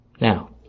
Now